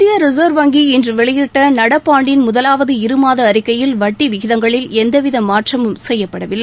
இந்திய ரிசர்வ் வங்கி இன்று வெளியிட்ட நடப்பாண்டின் முதலாவது இருமாத அறிக்கையில் வட்டி விகிதங்களில் எந்தவித மாற்றமும் செய்யப்படவில்லை